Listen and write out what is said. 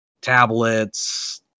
tablets